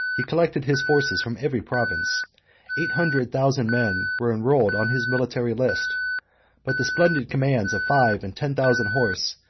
he collected his forces from every province eight hundred thousand men were enrolled on his military list but the splendid commands of five, and ten, thousand horse,